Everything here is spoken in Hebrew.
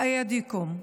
אנחנו מחזקים את ידיכם,